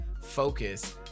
focus